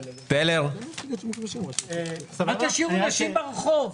אל תשאירו נשים ברחוב.